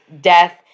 death